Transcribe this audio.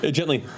Gently